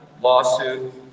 lawsuit